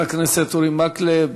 חבר הכנסת אורי מקלב